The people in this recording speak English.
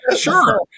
sure